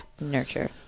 Nurture